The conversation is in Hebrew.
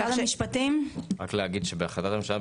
בהחלטת הממשלה,